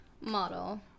Model